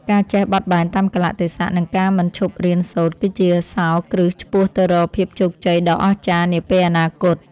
ការចេះបត់បែនតាមកាលៈទេសៈនិងការមិនឈប់រៀនសូត្រ គឺជាសោរគ្រឹះឆ្ពោះទៅរកភាពជោគជ័យដ៏អស្ចារ្យនាពេលអនាគត។